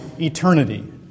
eternity